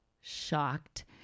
shocked